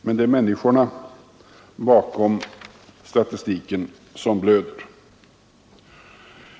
Men det är människorna bakom statistiken som blöder.